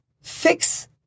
fix